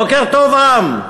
בוקר טוב, עם.